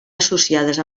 associades